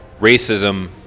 racism